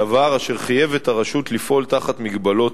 דבר אשר חייב את הרשות לפעול תחת מגבלות